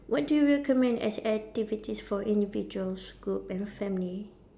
what do you recommend as activities for individuals group and family